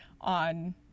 on